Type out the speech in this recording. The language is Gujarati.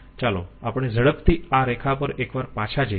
ચાલો આપણે ઝડપથી આ રેખા પર એકવાર પાછા જઈએ